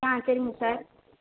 ஆ சரிங்க சார்